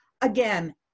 Again